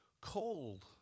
Cold